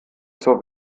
zur